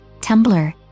Tumblr